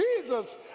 Jesus